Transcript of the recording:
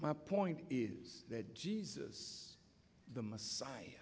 my point is that jesus the messiah